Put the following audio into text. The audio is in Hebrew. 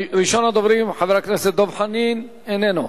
ראשון הדוברים הוא חבר הכנסת דב חנין, איננו.